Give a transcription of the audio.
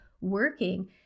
working